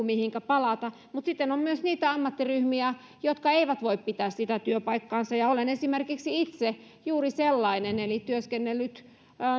mihinkä palata mutta sitten on myös niitä ammattiryhmiä joissa ei voi pitää sitä työpaikkaansa kuulun esimerkiksi itse juuri sellaiseen eli olen työskennellyt